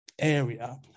area